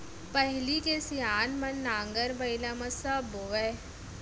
पहिली के सियान मन नांगर बइला म सब बोवयँ